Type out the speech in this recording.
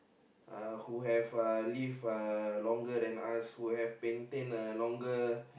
uh who have uh live uh longer than us who have maintained a longer